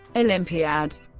olympiads